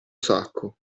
sacco